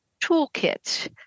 toolkit